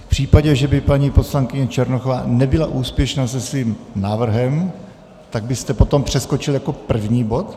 V případě, že by paní poslankyně Černochová nebyla úspěšná se svým návrhem, tak byste potom přeskočil jako první bod?